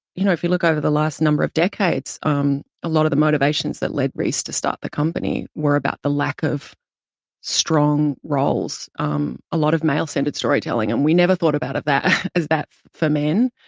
you know, if you look over the last number of decades, um a lot of the motivations that led reese to start the company were about the lack of strong roles, um a lot of male-centered storytelling. and we never thought about that, as that for men.